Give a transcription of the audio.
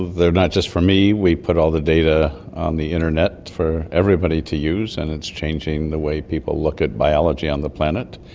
they're not just for me, we put all the data on the internet for everybody to use and it's changing the way people look at biology on the planet.